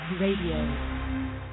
Radio